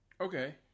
Okay